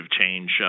change